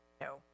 No